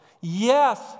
Yes